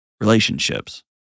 relationships